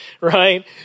right